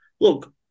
look